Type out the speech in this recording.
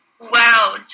Wow